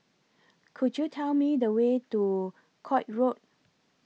Could YOU Tell Me The Way to Koek Road